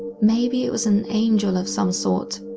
maybe it was an angel of some sort.